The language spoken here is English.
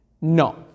no